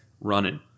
running